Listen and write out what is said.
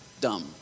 dumb